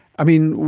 i mean,